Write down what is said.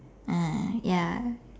ah ya